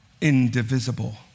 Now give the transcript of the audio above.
indivisible